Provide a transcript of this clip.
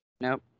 Nope